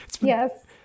yes